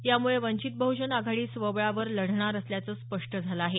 यामुळे वंचित बह्जन आघाडी स्वबळावर लढणार असल्याचं स्पष्ट झालं आहे